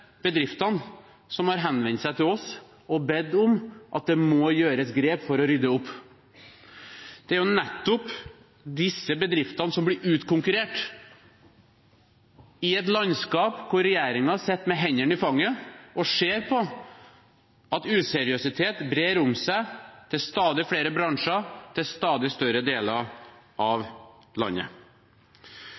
bedriftene som har henvendt seg til oss og bedt om at det må gjøres grep for å rydde opp. Det er nettopp disse bedriftene som blir utkonkurrert, i et landskap hvor regjeringen sitter med hendene i fanget og ser på at useriøsitet brer seg, til stadig flere bransjer og til stadig større deler av landet.